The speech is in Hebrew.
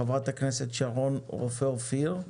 חברת הכנסת שרון רופא אופיר.